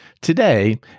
Today